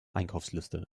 einkaufsliste